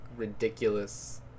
Ridiculous